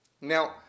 Now